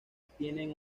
tienen